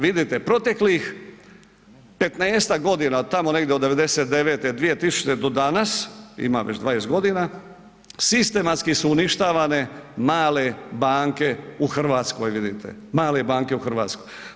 Vidite, proteklih 15-ak godina, tamo negdje od '99., 2000. do danas, ima već 20 g., sistematski su uništavane male banke u Hrvatskoj, vidite, male banke u Hrvatskoj.